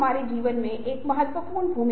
लेकिन किसी भी मामले में वास्तविकता क्या है